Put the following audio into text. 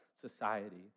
society